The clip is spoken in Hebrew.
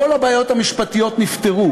כל הבעיות המשפטיות נפתרו.